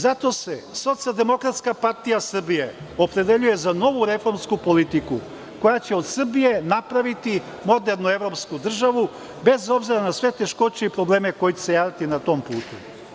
Zato se SDPS opredeljuje za novu reformsku politiku koja će od Srbije napraviti modernu evropsku državu bez obzira ne sve teškoće i probleme koji će se javljati na tom putu.